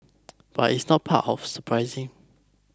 but it's not the part of surprising